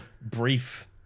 brief